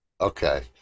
Okay